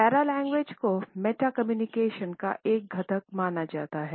paralanguage को meta communication का एक घटक माना जाता है